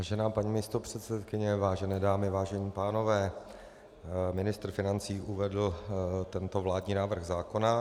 Vážená paní místopředsedkyně, vážené dámy, vážení pánové, ministr financí uvedl tento vládní návrh zákona.